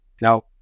Now